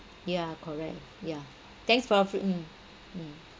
yeah correct yeah thanks for your fr~ mm mm